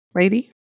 lady